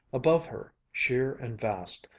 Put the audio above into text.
above her, sheer and vast,